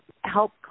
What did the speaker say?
help